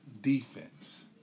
defense